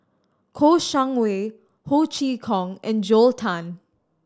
Kouo Shang Wei Ho Chee Kong and Joel Tan